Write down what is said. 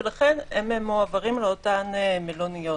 ולכן הם מועברים למלוניות.